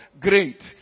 great